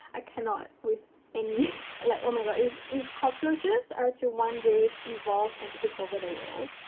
i cannot with any. like, oh my god, if if cockroaches are to one day evolve and take over the world,